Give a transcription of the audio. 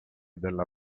della